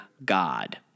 God